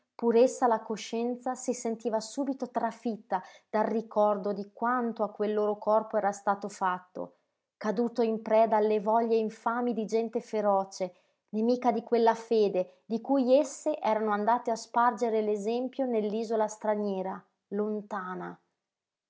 essa la coscienza si sentiva subito trafitta dal ricordo di quanto a quel loro corpo era stato fatto caduto in preda alle voglie infami di gente feroce nemica di quella fede di cui esse erano andate a spargere l'esempio nell'isola straniera lontana